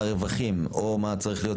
מה הרווחים או מה צריך להיות.